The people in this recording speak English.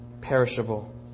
perishable